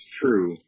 true